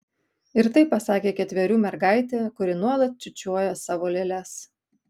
ir tai pasakė ketverių mergaitė kuri nuolat čiūčiuoja savo lėles